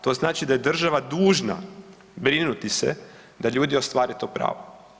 To znači da je država dužna brinuti se da ljudi ostvare to pravo.